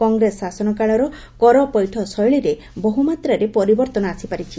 କଂଗ୍ରେସ ଶାସନ କାଳର କର ପୈଠ ଶୈଳୀରେ ବହୁମାତ୍ରାରେ ପରିବର୍ତ୍ତନ ଆସିପାରିଛି